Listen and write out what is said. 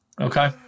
Okay